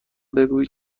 بگویید